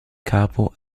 capo